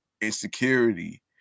insecurity